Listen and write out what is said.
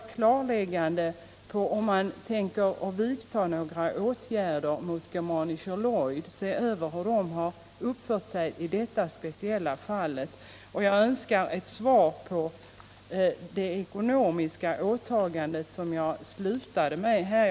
Jag vill veta om statsrådet tänker vidta några åtgärder mot Germanischer Lloyd och om han vill undersöka hur det klassificeringssällskapet har uppfört sig i detta speciella fall, och jag önskar vidare ett svar när det gäller det ekonomiska åtagande som jag slutade mitt anförande med att tala om.